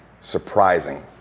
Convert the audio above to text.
surprising